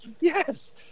Yes